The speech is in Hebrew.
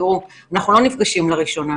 תראו, אנחנו לא נפגשים לראשונה.